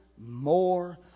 more